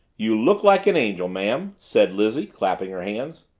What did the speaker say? you look like an angel, ma'am, said lizzie, clasping her hands.